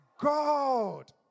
God